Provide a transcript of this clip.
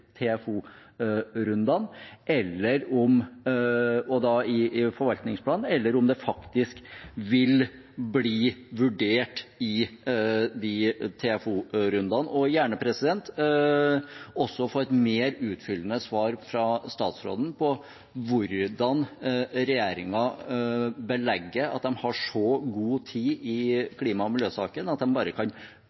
i forvaltningsplanen, eller om det faktisk vil bli vurdert i de TFO-rundene. Jeg vil gjerne også få et mer utfyllende svar fra statsråden på hvordan regjeringen belegger at de har så god tid i klima og miljø-saken at de bare kan